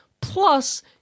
plus